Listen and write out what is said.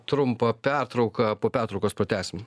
trumpą pertrauką po pertraukos pratęsim